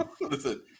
listen